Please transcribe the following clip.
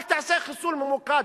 אל תעשה חיסול ממוקד.